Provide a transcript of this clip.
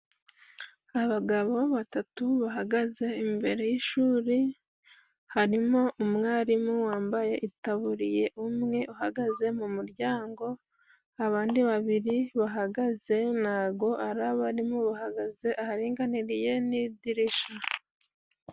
Abagabo batatu bahagaze imbere y'ishuri, harimo umwarimu wambaye itaburiye, umwe uhagaze mu muryango, abandi babiri bahagaze nago ari abarimu, bahagaze aharinganiriye n'idirishya.